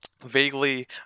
vaguely